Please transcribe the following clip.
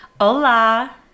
Hola